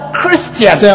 christian